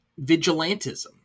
vigilantism